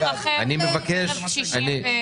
אני מבקש --- העוני התרחב בקרב קשישים בישראל.